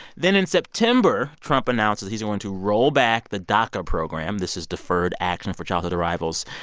then, in september, trump announced that he's going to roll back the daca program. this is deferred action for childhood arrivals.